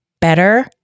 better